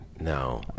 No